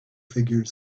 figure